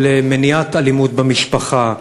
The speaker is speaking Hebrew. של מניעת אלימות במשפחה,